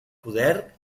poder